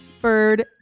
Bird